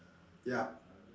ya